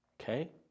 Okay